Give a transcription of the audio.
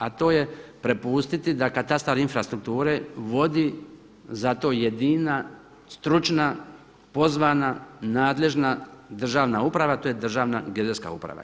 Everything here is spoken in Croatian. A to je prepustiti da katastar infrastrukture vodi za to jedina, stručna, pozvana, nadležna, državna uprava a to je Državna geodetska uprava.